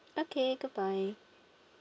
okay goodbye